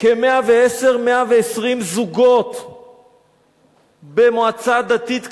110 120 זוגות במועצה הדתית קרני-שומרון,